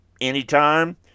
anytime